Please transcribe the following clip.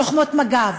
לוחמות מג"ב,